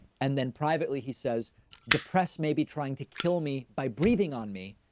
and then privately, he says the press may be trying to kill me by breathing on me,